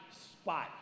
spot